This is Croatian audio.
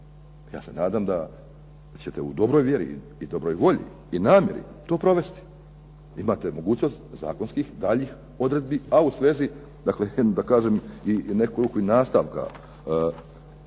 Ja se nadam da ćete u dobroj vjeri i dobroj volji namjeri to provesti. Imate mogućnost zakonskih daljnjih odredbi, a u svezi i nastavka